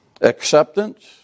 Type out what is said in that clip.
Acceptance